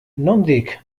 nondik